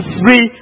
free